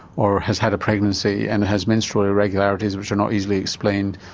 or has had a pregnancy and has menstrual irregularities which are not easily explained,